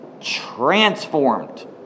transformed